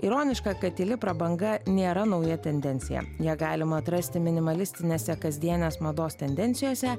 ironiška kad tyli prabanga nėra nauja tendencija ją galima atrasti minimalistinėse kasdienės mados tendencijose